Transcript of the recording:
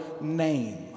name